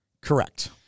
Correct